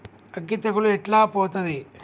అగ్గి తెగులు ఎట్లా పోతది?